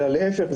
אלא להיפך,